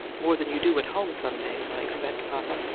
more than you do at home some days i expect, papa!